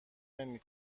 نمی